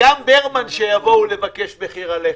וגם ברמן כשיבואו לבקש מחיר על לחם,